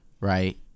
Right